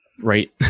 right